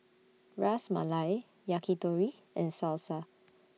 Ras Malai Yakitori and Salsa